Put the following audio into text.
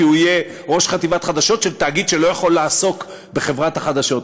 כי הוא יהיה ראש חטיבת חדשות של תאגיד שלא יכול לעסוק בחברת החדשות.